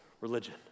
religion